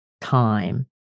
Time